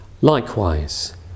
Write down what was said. Likewise